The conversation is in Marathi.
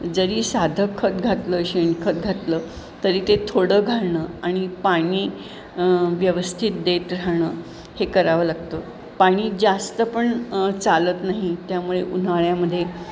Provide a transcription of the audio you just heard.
जरी साधं खत घातलं शेणखत घातलं तरी ते थोडं घालणं आणि पाणी व्यवस्थित देत राहणं हे करावं लागतं पाणी जास्त पण चालत नाही त्यामुळे उन्हाळ्यामध्ये